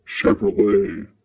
Chevrolet